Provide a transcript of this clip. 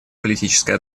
политическая